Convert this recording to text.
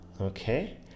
okay